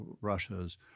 Russia's